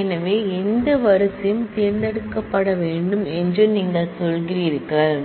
எனவே எந்த ரோ தேர்ந்தெடுக்கப்பட வேண்டும் என்று நீங்கள் சொல்கிறீர்கள்